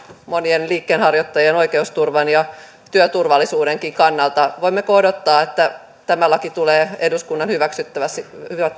monien liikkeenharjoittajien oikeusturvan ja työturvallisuudenkin kannalta voimmeko odottaa että tämä laki tulee eduskunnan hyväksyttäväksi